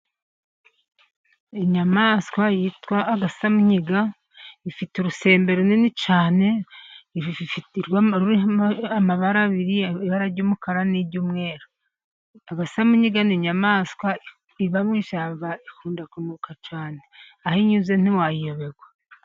Inyamaswa yitwa agasamunyiga, ifite urusembe runini cyane, ruriho amabara abiri, ibara ry'umukara n'iy'umweru, agasamunyiga ni inyamaswa iba mu ishyamba, ikunda kunuka cyane, aho inyuze ntiwayiyoberwa.